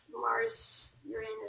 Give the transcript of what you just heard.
Mars-Uranus